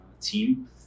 team